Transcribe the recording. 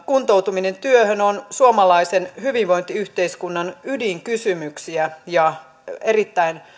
kuntoutuminen työhön on suomalaisen hyvinvointiyhteiskunnan ydinkysymyksiä ja erittäin